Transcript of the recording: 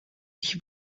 ich